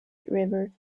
river